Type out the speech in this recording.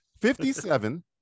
fifty-seven